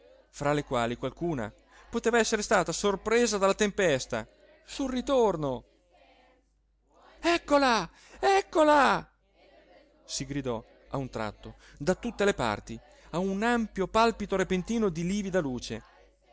fra le quali qualcuna poteva essere stata sorpresa dalla tempesta sul ritorno eccola eccola si gridò a un tratto da tutte le parti a un ampio palpito repentino di livida luce